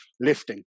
lifting